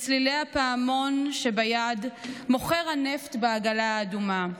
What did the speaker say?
עפו יונים במטס הצדעה / לצלילי הפעמון שביד מוכר הנפט בעגלה האדומה,